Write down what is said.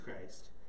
Christ